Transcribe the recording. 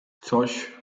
coś